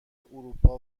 اروپا